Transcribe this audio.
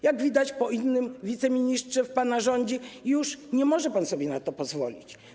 Jak widać po innym wiceministrze w pana rządzie, już nie może pan sobie na to pozwolić.